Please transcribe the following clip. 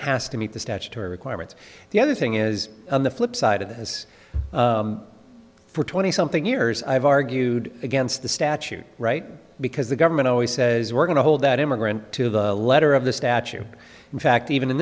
has to meet the statutory requirements the other thing is the flipside of that as for twenty something years i've argued against the statute right because the government always says we're going to hold that immigrant to the letter of the statue in fact even in